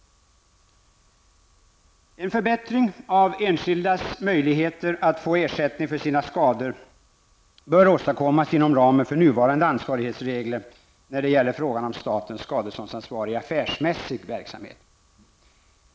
En förbättring av enskildas möjligheter att få ersättning för sina skador bör åstadkommas inom ramen för nuvarande ansvarighetsregler när det gäller frågan om statens skadeståndsansvar i affärsmässig verksamhet.